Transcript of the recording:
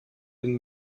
den